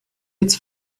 its